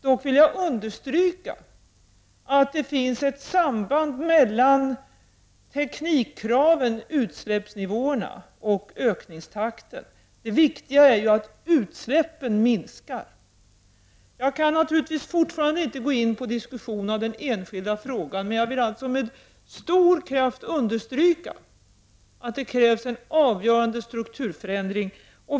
Dock vill jag understryka att det finns ett samband mellan teknikkraven, utsläppsnivåerna och ökningstakten. Det viktiga är att utsläppen minskar. Jag kan naturligtvis fortfarande inte gå in i någon diskussion av den enskilda frågan, men jag vill med stor kraft understryka att det krävs en avgörande strukturförändring.